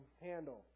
handle